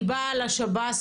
היא באה לשב"ס,